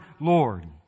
Lord